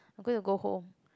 I'm going to go home